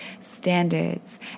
standards